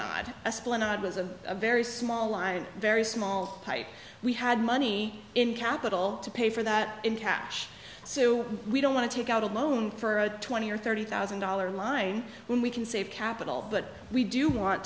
esplanade was a very small line very small pipe we had money in capital to pay for that in cash so we don't want to take out a loan for a twenty or thirty thousand dollar line when we can save capital but we do want